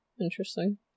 interesting